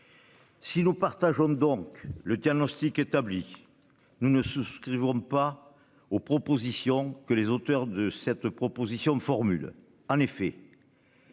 Si nous partageons donc le diagnostic établi. Nous ne souscrivons pas aux propositions que les auteurs de cette proposition de formule. En effet.--